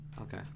Okay